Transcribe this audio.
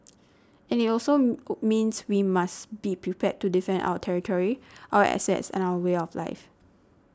and it means we must be prepared to defend our territory our assets and our way of life